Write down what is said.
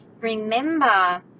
remember